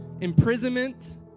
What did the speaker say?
imprisonment